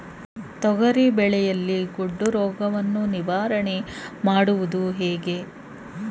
ತೊಗರಿ ಬೆಳೆಯಲ್ಲಿ ಗೊಡ್ಡು ರೋಗವನ್ನು ನಿವಾರಣೆ ಮಾಡುವುದು ಹೇಗೆ?